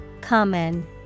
Common